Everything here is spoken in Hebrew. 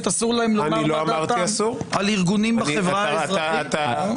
אסור לומר עמדתם על ארגונים בחברה האזרחית.